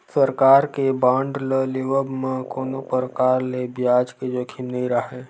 सरकार के बांड ल लेवब म कोनो परकार ले बियाज के जोखिम नइ राहय